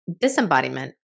disembodiment